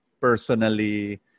personally